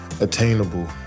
attainable